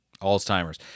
Alzheimer's